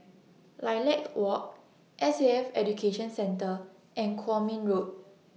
Lilac Walk S A F Education Centre and Kwong Min Road